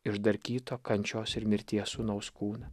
išdarkyto kančios ir mirties sūnaus kūną